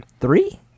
Three